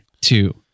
two